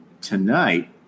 tonight